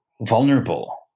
vulnerable